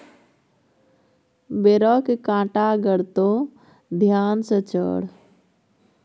बेरक कांटा गड़तो ध्यान सँ चढ़